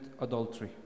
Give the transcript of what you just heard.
adultery